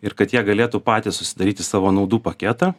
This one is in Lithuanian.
ir kad jie galėtų patys susidaryti savo naudų paketą